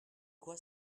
quoi